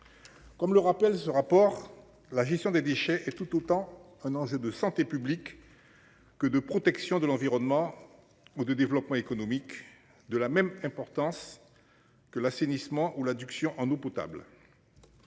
Comme le rappelle ce rapport, la gestion des déchets et tout autant un enjeu de santé publique. Que de protection de l'environnement ou de développement économique de la même importance. Que l'assainissement, ou l'adduction en eau potable.